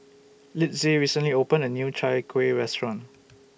Litzy recently opened A New Chai Kueh Restaurant